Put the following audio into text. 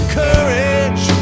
courage